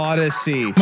Odyssey